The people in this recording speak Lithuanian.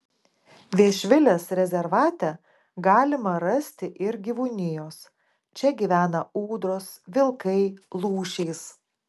viešvilės rezervate galima rasti ir gyvūnijos čia gyvena ūdros vilkai lūšys